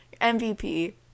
MVP